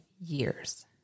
years